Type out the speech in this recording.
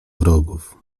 wrogów